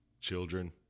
Children